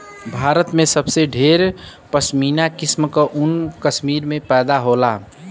भारत में सबसे ढेर पश्मीना किसम क ऊन कश्मीर में पैदा होला